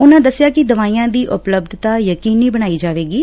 ਉਨਾਂ ਦਸਿਆ ਕਿ ਦਵਾਈਆਂ ਦੀ ਉਪਲਬਧਤਾ ਯਕੀਨੀ ਬਣਾਈ ਜਾਵੇਗੀ